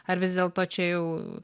ar vis dėlto čia jau